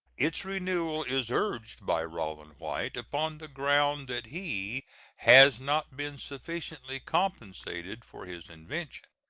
its renewal is urged by rollin white upon the ground that he has not been sufficiently compensated for his invention.